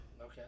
Okay